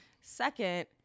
second